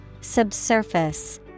Subsurface